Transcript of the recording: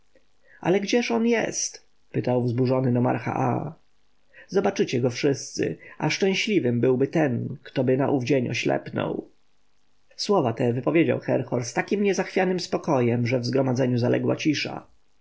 ale gdzież on jest pytał wzburzony nomarcha aa zobaczycie go wszyscy a szczęśliwym byłby ten ktoby na ów dzień oślepnął słowa te wypowiedział herhor z takim niezachwianym spokojem że w zgromadzeniu zaległa cisza